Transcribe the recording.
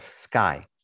sky